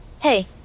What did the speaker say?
Hey